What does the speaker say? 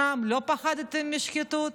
שם לא פחדתם משחיתות,